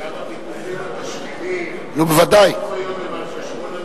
שגם הביטוחים המשלימים הם בסוף היום על חשבון המדינה,